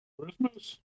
Christmas